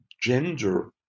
gender